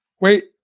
Wait